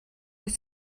wyt